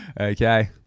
Okay